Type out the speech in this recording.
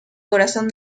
corazón